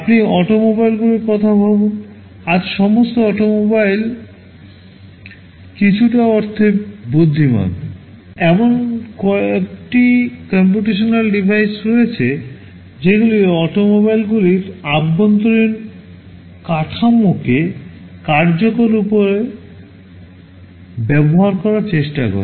আপনি অটোমোবাইলগুলির কথা ভাবেন আজ সমস্ত অটোমোবাইল কিছুটা অর্থে বুদ্ধিমান এমন কয়েকটি কম্পিউটেশনাল ডিভাইস রয়েছে যেগুলি অটোমোবাইলগুলির অভ্যন্তরীণ কাঠামোকে কার্যকর উপায়ে ব্যবহার করার চেষ্টা করে